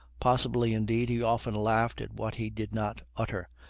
possibly, indeed, he often laughed at what he did not utter,